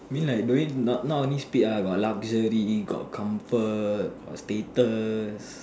mean like don't need not only speed lah got luxury got comfort got status